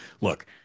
look